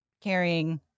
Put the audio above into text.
Carrying